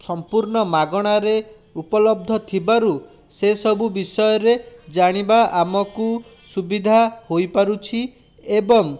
ସଂପୂର୍ଣ୍ଣ ମାଗଣାରେ ଉପଲବ୍ଧ ଥିବାରୁ ସେସବୁ ବିଷୟରେ ଜାଣିବା ଆମକୁ ସୁବିଧା ହୋଇପାରୁଛି ଏବଂ